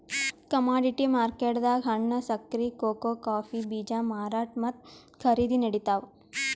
commodity ಮಾರ್ಕೆಟ್ದಾಗ್ ಹಣ್ಣ್, ಸಕ್ಕರಿ, ಕೋಕೋ ಕಾಫೀ ಬೀಜ ಮಾರಾಟ್ ಮತ್ತ್ ಖರೀದಿ ನಡಿತಾವ್